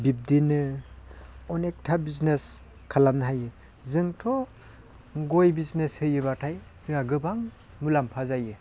बिबदिनो अनेगथा बिजनेस खालामनो हायो जोंथ' गय बिजनेस होयोब्लाथाय जोंहा गोबां मुलाम्फा जायो